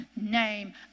name